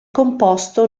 composto